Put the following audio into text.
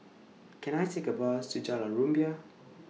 Can I Take A Bus to Jalan Rumbia